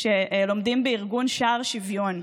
שלומדים בארגון שער שוויון.